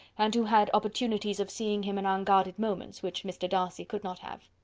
and who had opportunities of seeing him in unguarded moments, which mr. darcy could not have.